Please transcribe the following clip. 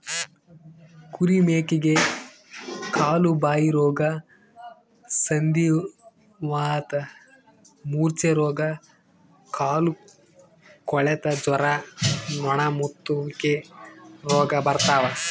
ಕುರಿ ಮೇಕೆಗೆ ಕಾಲುಬಾಯಿರೋಗ ಸಂಧಿವಾತ ಮೂರ್ಛೆರೋಗ ಕಾಲುಕೊಳೆತ ಜ್ವರ ನೊಣಮುತ್ತುವಿಕೆ ರೋಗ ಬರ್ತಾವ